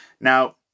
Now